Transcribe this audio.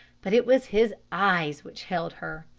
but it was his eyes which held her.